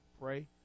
pray